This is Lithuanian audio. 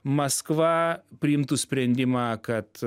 maskva priimtų sprendimą kad